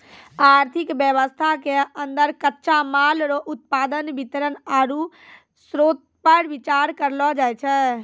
आर्थिक वेवस्था के अन्दर कच्चा माल रो उत्पादन वितरण आरु श्रोतपर बिचार करलो जाय छै